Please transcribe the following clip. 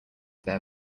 their